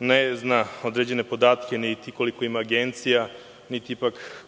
ne zna određene podatke, niti koliko ima agencija, niti